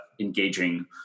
engaging